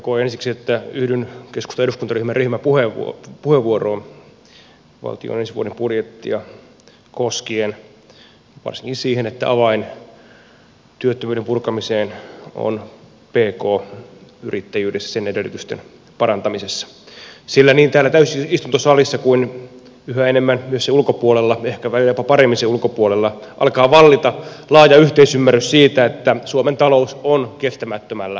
todettakoon ensiksi että yhdyn keskustan eduskuntaryhmän ryhmäpuheenvuoroon valtion ensi vuoden budjettia koskien varsinkin siihen että avain työttömyyden purkamiseen on pk yrittäjyydessä sen edellytysten parantamisessa sillä niin täällä täysistuntosalissa kuin yhä enemmän myös sen ulkopuolella ehkä välillä jopa paremmin sen ulkopuolella alkaa vallita laaja yhteisymmärrys siitä että suomen talous on kestämättömällä pohjalla